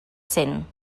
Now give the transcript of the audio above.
cent